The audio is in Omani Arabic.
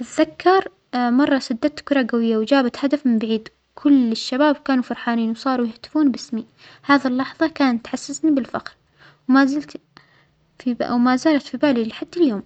أتذكر مرة شطت كرة جوية وجبت هدف من بعيد كل الشباب كانوا فرحانين وصاروا يهتفون بأسمى هذا اللحظة كان تحسسني بالفخر ومازلت ف ومازالت في بالى لحد اليوم.